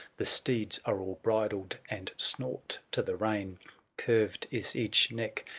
the steeds are all bridled, and snort to the rein curved is each neck,